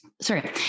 sorry